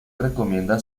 recomienda